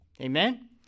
Amen